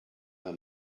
her